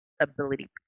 ability